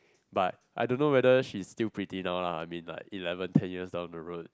but I don't know whether she is still pretty now ah I mean like eleven ten years old